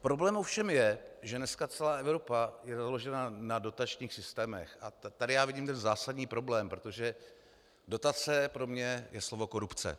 Problém ovšem je, že dneska celá Evropa je založena na dotačních systémech, a tady já vidím ten zásadní problém, protože dotace pro mě je slovo korupce.